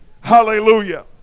Hallelujah